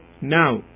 Now